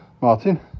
Martin